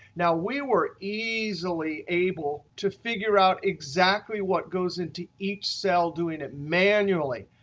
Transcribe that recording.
now, we were easily able to figure out exactly what goes into each cell doing it manually.